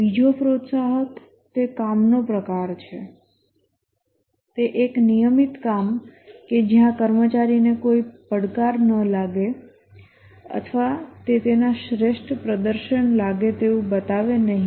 બીજો પ્રોત્સાહક તે કામનો પ્રકાર છે તે એક નિયમિત કામ કે જ્યાં કર્મચારીને કોઈ પડકાર ન લાગે અથવા તે તેના શ્રેષ્ઠ પ્રદર્શન લાગે તેવું બનાવે નહીં